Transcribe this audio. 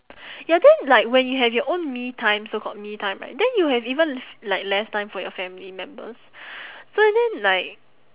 ya then like when you have your own me time so called me time right then you have even l~ like less time for your family members so and then like